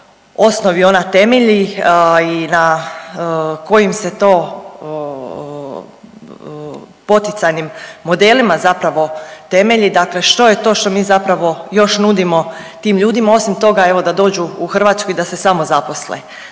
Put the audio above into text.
osnovi ona temelji i na kojim se to poticajnim modelima zapravo temelji, dakle što je to što mi zapravo još nudimo tim ljudima osim toga evo da dođu u Hrvatsku i da se samozaposle.